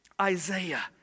Isaiah